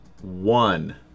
One